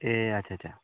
ए आच्छा छा